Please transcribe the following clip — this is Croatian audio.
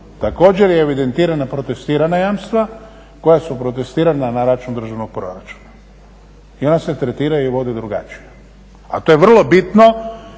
Također je evidentirano protestirana jamstva koja su protestirana na račun državnog proračuna. I ona se tretiraju i vode drugačije. A to je vrlo bitno